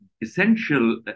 essential